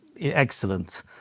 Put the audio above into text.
excellent